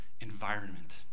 environment